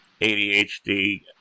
ADHD